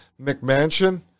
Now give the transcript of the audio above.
McMansion